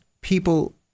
people